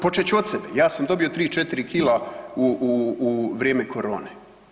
Počet ću od sebe, ja sam dobio 3-4 kila u vrijeme korone.